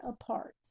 apart